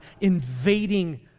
invading